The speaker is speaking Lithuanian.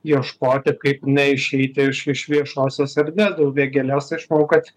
ieškoti kaip neišeiti iš iš viešosios erdvės dėl vėgėlės aš manau kad